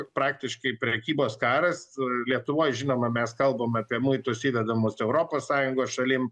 praktiškai prekybos karas lietuvoj žinoma mes kalbam apie muitus įvedamus europos sąjungos šalim